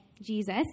Jesus